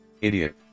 Idiot